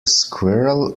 squirrel